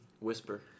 Whisper